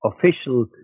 official